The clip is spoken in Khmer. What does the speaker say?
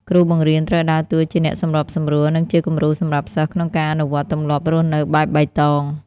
គ្រូបង្រៀនត្រូវដើរតួជាអ្នកសម្របសម្រួល និងជាគំរូសម្រាប់សិស្សក្នុងការអនុវត្តទម្លាប់រស់នៅបែបបៃតង។